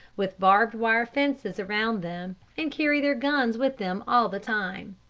with barbed-wire fences around them, and carry their guns with them all the time.